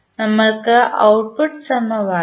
നമുക്ക് ഔട്ട്പുട്ട് സമവാക്യം